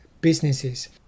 businesses